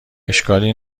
اشکالی